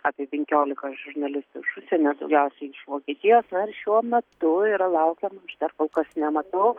apie penkiolika žurnalistų iš užsienio daugiausiai iš vokietijos na ir šiuo metu yra laukiama aš dar kol kas nematau